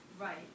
Right